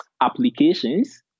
applications